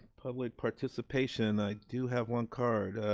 public participation. i do have one card.